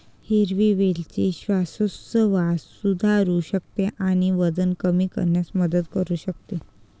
हिरवी वेलची श्वासोच्छवास सुधारू शकते आणि वजन कमी करण्यास मदत करू शकते